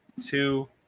two